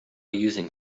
using